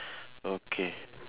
okay